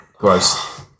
Gross